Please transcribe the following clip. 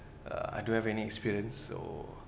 uh I don't have any experience so